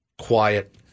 quiet